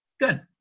Good